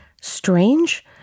Strange